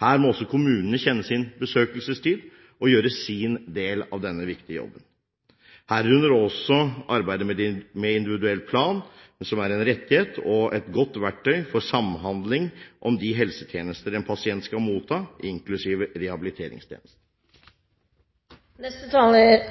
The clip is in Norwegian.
Her må også kommunene kjenne sin besøkelsestid og gjøre sin del av denne viktige jobben, herunder arbeidet med individuell plan, som er en rettighet og et godt verktøy for samhandling om de helsetjenestene en pasient skal motta, inklusiv rehabiliteringstjenester. Jeg vil også takke